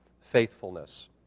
faithfulness